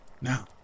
Now